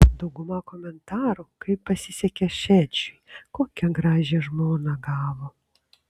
dauguma komentarų kaip pasisekė šedžiui kokią gražią žmoną gavo